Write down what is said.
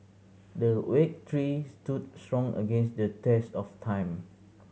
the week tree stood strong against the test of time